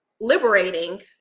liberating